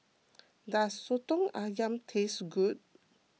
does Soto Ayam taste good